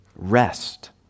Rest